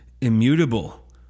immutable